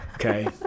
Okay